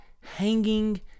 hanging